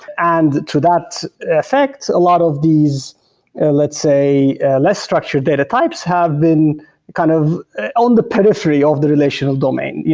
and to that effect, a lot of these let's say less structured data types have been kind of on the periphery of the relational domain.